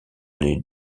les